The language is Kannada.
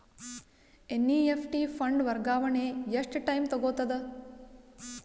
ಎನ್.ಇ.ಎಫ್.ಟಿ ಫಂಡ್ ವರ್ಗಾವಣೆ ಎಷ್ಟ ಟೈಮ್ ತೋಗೊತದ?